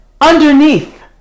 underneath